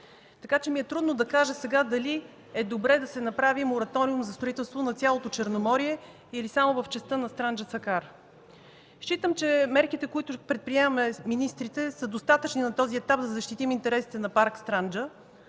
Така че ми е трудно да кажа сега дали е добре да се направи мораториум за строителство на цялото Черноморие, или в само в частта на Странджа-Сакар. Считам, че мерките, които предприемаме с министрите, са достатъчни на този етап, за да защитим интересите на парк „Странджа”,